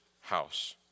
house